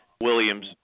Williams